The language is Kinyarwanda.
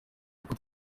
kuko